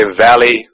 Valley